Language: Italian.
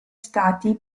stati